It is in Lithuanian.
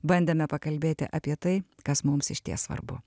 bandėme pakalbėti apie tai kas mums išties svarbu